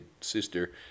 sister